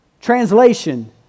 Translation